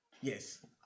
yes